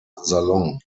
salon